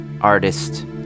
artist